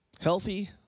Healthy